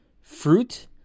fruit